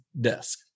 desk